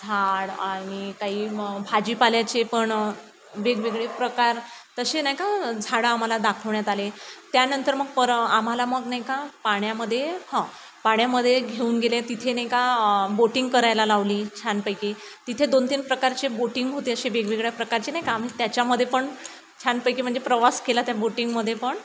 झाड आणि काही मग भाजीपाल्याचे पण वेगवेगळे प्रकार तसे नाही का झाडं आम्हाला दाखवण्यात आले त्यानंतर मग परत आम्हाला मग नाही का पाण्यामध्ये हं पाण्यामध्ये घेऊन गेले तिथे नाही का बोटिंग करायला लावली छानपैकी तिथे दोन तीन प्रकारचे बोटिंग होते असे वेगवेगळ्या प्रकारचे नाही का आम्ही त्याच्यामध्ये पण छानपैकी म्हणजे प्रवास केला त्या बोटिंगमध्ये पण